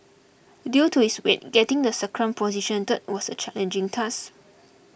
due to its weight getting the sacrum positioned was a challenging task